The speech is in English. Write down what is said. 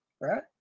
right